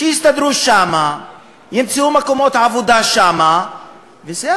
שיסתדרו שם, ימצאו מקומות עבודה שם וזהו.